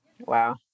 Wow